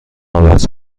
عوض